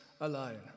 alone